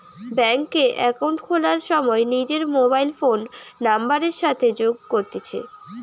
bank এ account খোলার সময় নিজর মোবাইল ফোন নাম্বারের সাথে যোগ করতিছে